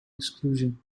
exclusion